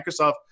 Microsoft